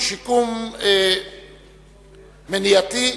שיקום מניעתי).